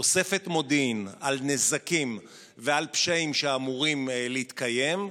אוספת מודיעין על נזקים ועל פשעים שאמורים להתקיים,